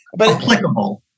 applicable